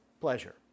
pleasure